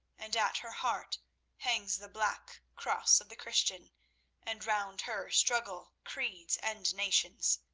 and at her heart hangs the black cross of the christian and round her struggle creeds and nations.